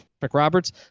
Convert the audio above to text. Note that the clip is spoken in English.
McRoberts